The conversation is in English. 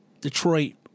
Detroit